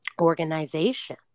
organization